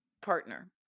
partner